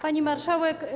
Pani Marszałek!